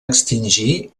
extingir